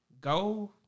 Go